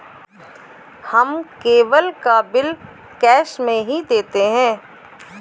हम केबल का bill cash में ही देते हैं